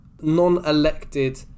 Non-elected